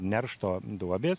neršto duobės